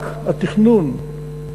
רק התכנון,